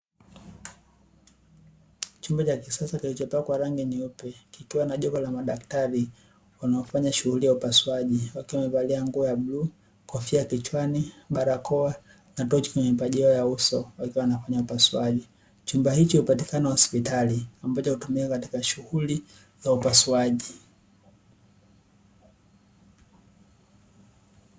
Chumba cha kisasa kilichopakwa rangi nyeupe, kikiwa na jopo la madaktari wanaofanya shughuli ya upasuaji, wakiwa wamevalia nguo ya bluu, kofia kichwani, barakoa, na tochi kwenye mapaji yao ya uso, wakiwa wanafanya upasuaji. Chumba hicho hupatikana hospitali, ambacho hutumiwa katika shughuli za upasuaji.